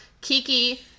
Kiki